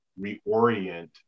reorient